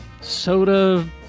soda